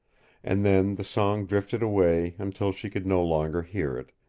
and then the song drifted away until she could no longer hear it,